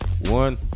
One